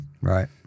right